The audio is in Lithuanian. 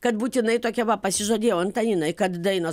kad būtinai tokie va pasižadėjau antaninai kad dainos